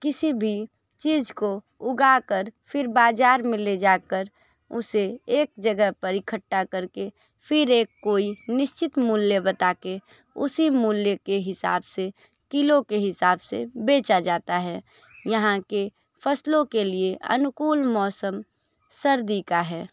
किसी भी चीज को उगा कर फिर बाजार में ले जाकर उसे एक जगह पर इकठ्ठा करके फिर एक कोई निश्चित मूल्य बता के उसी मूल्य के हिसाब से किलो के हिसाब से बेचा जाता है यहाँ के फसलों के लिए अनुकूल मौसम सर्दी का है